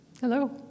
Hello